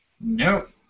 Nope